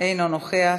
אינו נוכח.